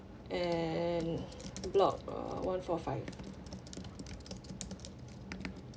and block uh one four five